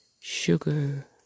Sugar